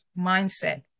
mindset